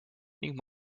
ning